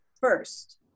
first